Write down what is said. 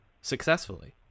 successfully